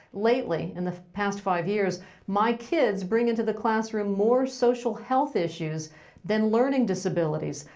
lately in the past five years my kids bring into the classroom more social health issues than learning disabilities.